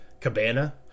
Cabana